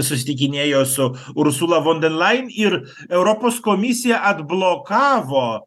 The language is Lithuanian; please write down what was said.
susitikinėjo su ursula vonderlain ir europos komisija atblokavo